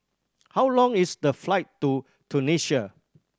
how long is the flight to Tunisia